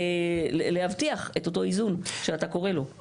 על מנת להבטיח את אותו איזון שאתה קורא לו.